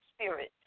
spirit